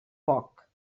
poc